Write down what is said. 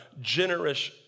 generous